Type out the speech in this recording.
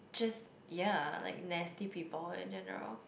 just ya like nasty people in general